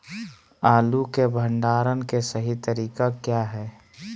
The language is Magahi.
आलू के भंडारण के सही तरीका क्या है?